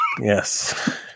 Yes